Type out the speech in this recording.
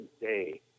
day